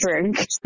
drink